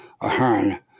Ahern